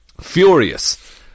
furious